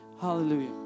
Hallelujah